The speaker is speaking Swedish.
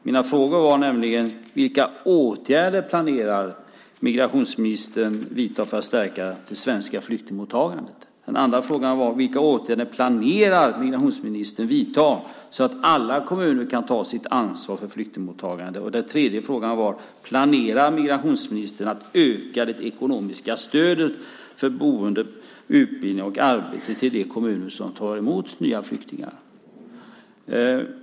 Mina frågor var nämligen vilka åtgärder migrationsministern planerar att vidta för att stärka det svenska flyktingmottagandet, vilka åtgärder migrationsministern planerar att vidta så att alla kommuner kan ta sitt ansvar för flyktingmottagandet och om migrationsministern planerar att öka det ekonomiska stödet för boende, utbildning och arbete till de kommuner som tar emot nya flyktingar.